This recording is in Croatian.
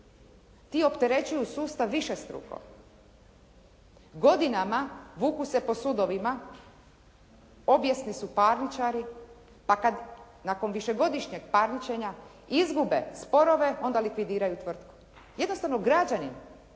Ti opterećuju sustav višestruko. Godinama vuku se po sudovima, obijesni su parničari, a kad nakon višegodišnjeg parničenja izgube sporove onda likvidiraju tvrtku. Jednostavno, građanin